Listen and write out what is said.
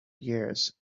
years